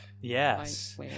Yes